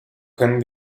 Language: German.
können